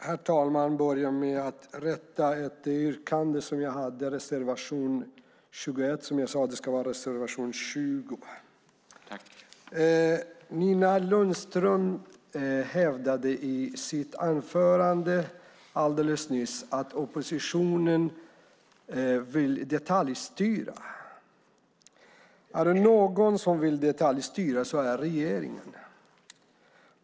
Herr talman! Jag ska börja med att rätta ett yrkande som jag hade. Jag sade reservation 21, men det ska vara reservation 20. Nina Lundström hävdade i sitt anförande att oppositionen vill detaljstyra. Om det är någon som vill detaljstyra är det regeringen.